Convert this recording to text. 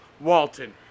Walton